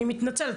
אני מתנצלת,